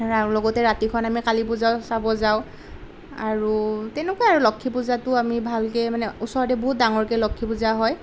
লগতে ৰাতিখন আমি কালি পূজাও চাব যাওঁ আৰু তেনেকুৱাই আৰু লক্ষী পূজাটোও আমি ভালকে মানে ওচৰতে বহুত ডাঙৰকে লক্ষী পূজা হয়